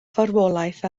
farwolaeth